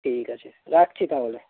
ঠিক আছে রাখছি তাহলে